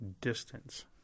distance